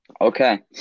Okay